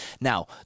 Now